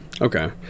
Okay